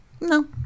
No